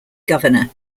governor